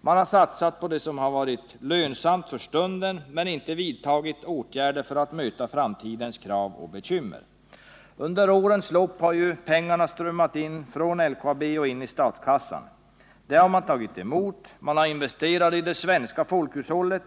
Man har satsat på det som varit lönsamt för stunden men inte vidtagit åtgärder för att möta framtidens krav och bekymmer. Under årens lopp har pengar från LKAB strömmat in i statskassan. Man har tagit emot pengarna och investerat dem i det svenska folkhushållet.